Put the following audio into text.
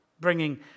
bringing